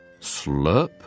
Slurp